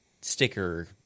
sticker